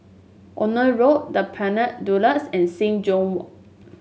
Ophir Road The Pinnacle Duxton and Sing Joo Walk